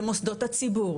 במוסדות הציבור,